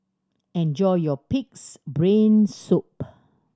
enjoy your Pig's Brain Soup